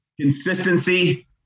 Consistency